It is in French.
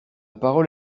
parole